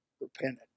repented